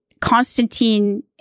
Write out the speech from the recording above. Constantine